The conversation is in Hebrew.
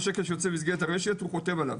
כל שקל שיוצא במסגרת הרשת הוא חותם עליו,